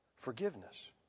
Forgiveness